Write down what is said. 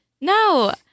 No